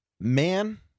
Man